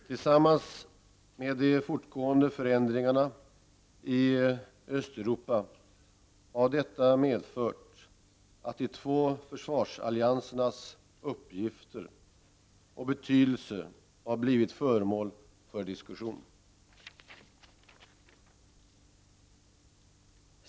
Tillsammans med de fortgående förändringarna i Östeuropa har detta medfört att de två försvarsalliansernas uppgifter och betydelse har blivit föremål för diskussion.